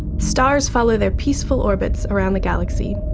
stars follow their peaceful orbits around the galaxy.